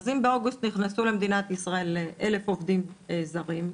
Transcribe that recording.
אז אם באוגוסט נכנסו למדינת ישראל 1,000 עובדים זרים,